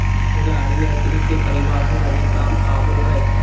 गाड़ी यात्री के परिवहन लगी काम आबो हइ